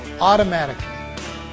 automatically